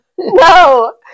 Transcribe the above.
No